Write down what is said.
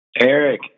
Eric